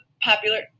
popular